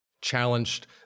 challenged